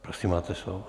Prosím, máte slovo.